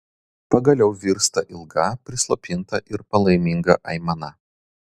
pagaliau virsta ilga prislopinta ir palaiminga aimana